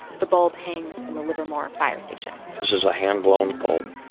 the bulb hangs in the livermore fire station this is a hand-blown bulb.